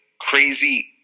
crazy